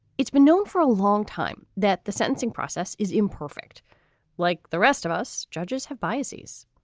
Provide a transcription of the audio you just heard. it's been known for a long time that the sentencing process is imperfect like the rest of us. judges have biases,